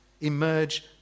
emerge